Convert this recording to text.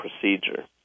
procedure